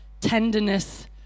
Tenderness